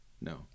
No